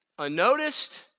Unnoticed